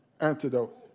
antidote